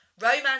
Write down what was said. Romance